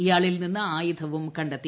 ഇയാളിൽ നിന്ന് ആയുധവും കണ്ടെത്തി